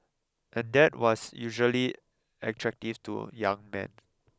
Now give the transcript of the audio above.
and that was usually attractive to young men